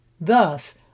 Thus